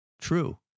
True